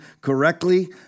correctly